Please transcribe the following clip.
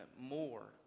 more